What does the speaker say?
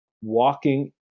walking